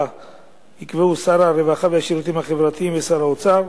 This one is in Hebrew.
שיקבעו שר הרווחה והשירותים החברתיים ושר האוצר.